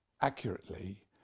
accurately